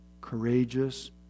courageous